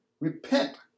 Repent